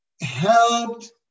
helped